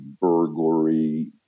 burglary